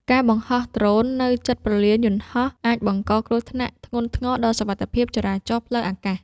ការបង្ហោះដ្រូននៅជិតព្រលានយន្តហោះអាចបង្កគ្រោះថ្នាក់ធ្ងន់ធ្ងរដល់សុវត្ថិភាពចរាចរណ៍ផ្លូវអាកាស។